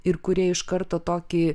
ir kurie iš karto tokį